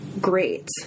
great